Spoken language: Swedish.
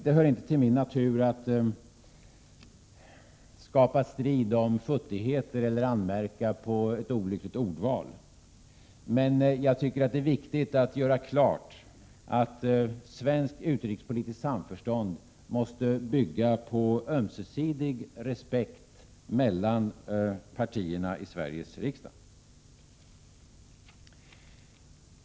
Det hör inte till min natur att skapa strid om futtigheter eller att anmärka på ett olyckligt ordval, men jag tycker att det är viktigt att göra klart att svenskt utrikespolitiskt samförstånd måste bygga på ömsesidig respekt mellan partierna i Sveriges riksdag.